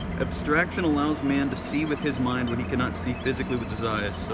abstraction allows man to see with his mind what he cannot see physically with his eyes. so